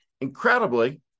Incredibly